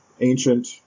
ancient